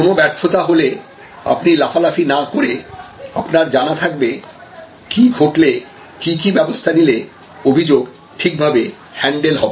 কোন ব্যর্থতা হলে আপনি লাফালাফি না করে আপনার জানা থাকবে কি ঘটলে কী কী ব্যবস্থা নিলে অভিযোগ ঠিকভাবে হ্যান্ডেল হবে